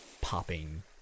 popping